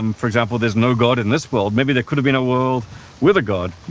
um for example, there's no god in this world, maybe there could've been a world with a god.